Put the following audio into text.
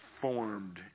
formed